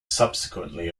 subsequently